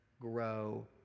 grow